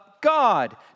God